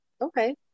Okay